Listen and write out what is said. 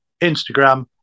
instagram